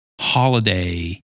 holiday